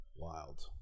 Wild